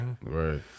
Right